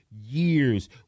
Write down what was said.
years